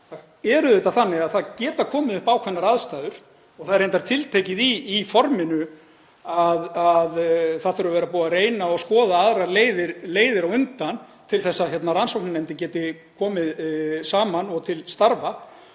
auðvitað þannig að það geta komið upp ákveðnar aðstæður og það er reyndar tiltekið í forminu að það þurfi að vera búið að reyna og skoða aðrar leiðir á undan til að rannsóknarnefndin geti komið saman og til starfa.